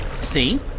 see